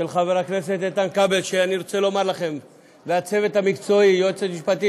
חבר הכנסת יעקב מרגי מבקש לברך בשם יוזמי הצעת החוק.